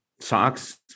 socks